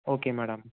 okay madam